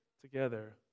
together